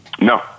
No